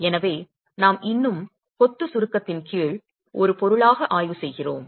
எனவே நாம் இன்னும் கொத்து சுருக்கத்தின் கீழ் ஒரு பொருளாக ஆய்வு செய்கிறோம்